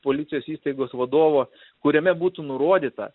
policijos įstaigos vadovo kuriame būtų nurodyta